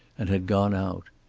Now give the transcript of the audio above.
and had gone out.